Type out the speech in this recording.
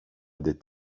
det